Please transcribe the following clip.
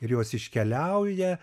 ir jos iškeliauja